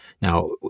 now